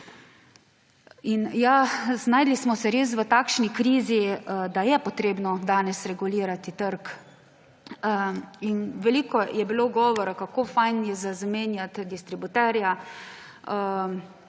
znašli smo se res v takšni krizi, da je potrebno danes regulirati trg. Veliko je bilo govora, kako fino je zamenjati distributerja,